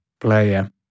player